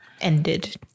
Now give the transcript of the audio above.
ended